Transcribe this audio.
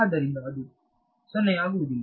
ಆದ್ದರಿಂದ ಅದು 0 ಆಗುವುದಿಲ್ಲ